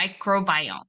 microbiome